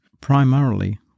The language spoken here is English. primarily